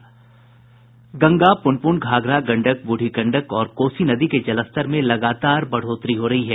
गंगा प्रनपुन घाघरा गंडक ब्रढ़ी गंडक और कोसी नदी के जलस्तर में लगातार बढ़ोतरी हो रही है